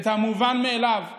את המובן מאליו,